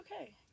okay